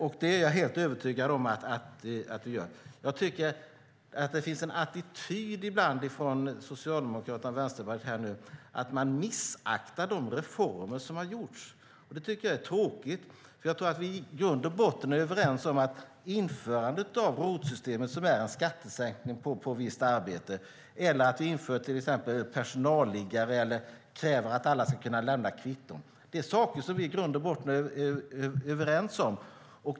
Jag är helt övertygad om att det gör det. Det finns ibland en attityd från Socialdemokraterna och Vänsterpartiet här att man missaktar de reformer som har gjorts. Det tycker jag är tråkigt. Jag tror att vi i grund och botten är överens om införandet av ROT-systemet, som innebär en skattesänkning på ett visst arbete, att vi inför till exempel personalliggare eller kräver att alla ska lämna kvitton. Det är saker vi är överens om.